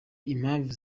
impamvu